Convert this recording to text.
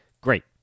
Great